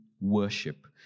worship